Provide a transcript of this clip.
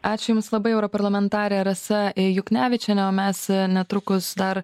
ačiū jums labai europarlamentarė rasa juknevičienė o mes netrukus dar